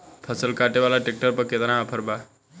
फसल काटे वाला ट्रैक्टर पर केतना ऑफर बा?